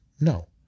No